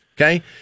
Okay